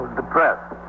depressed